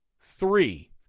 three